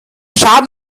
schaden